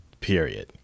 period